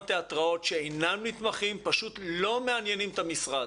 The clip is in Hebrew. תיאטראות שאינם נתמכים פשוט לא מעניינים את המשרד.